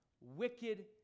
wicked